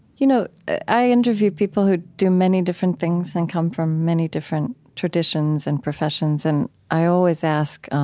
you know i interview people who do many different things and come from many different traditions and professions, and i always ask,